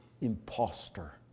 imposter